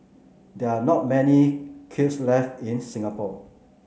there are not many kilns left in Singapore